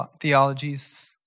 theologies